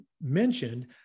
mentioned